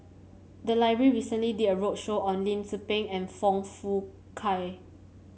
the library recently did a roadshow on Lim Tze Peng and Foong Fook Kay